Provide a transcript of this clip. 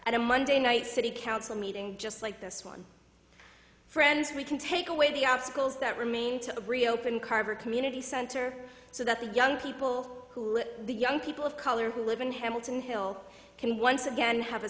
a monday night city council meeting just like this one friends we can take away the obstacles that remain to reopen carver community center so that the young people the young people of color who live in hamilton hill can once again have a